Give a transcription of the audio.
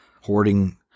hoarding